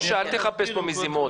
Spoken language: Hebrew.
משה, אל תחפש פה מזימות.